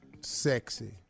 sexy